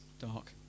dark